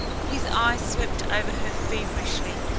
his eyes swept over her feverishly.